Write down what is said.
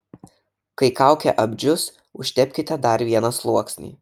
kai kaukė apdžius užtepkite dar vieną sluoksnį